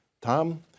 Tom